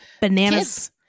Bananas